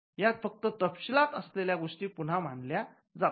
यात फक्त तपशीलात असलेल्या गोष्टी पुन्हा मांडल्या जातात